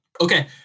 okay